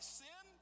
sin